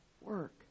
work